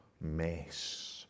mess